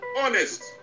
honest